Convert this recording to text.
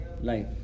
life